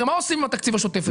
הרי מה עושים עם התקציב השוטף?